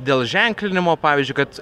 dėl ženklinimo pavyzdžiui kad